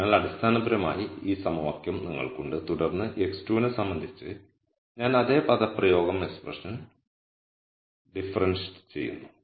അതിനാൽ അടിസ്ഥാനപരമായി ഈ സമവാക്യം നിങ്ങൾക്കുണ്ട് തുടർന്ന് x2 നെ സംബന്ധിച്ച് ഞാൻ അതേ പദപ്രയോഗം എക്സ്പ്രെഷൻ ഡിഫറെൻഷ്യറ്റ് ചെയ്യുന്നു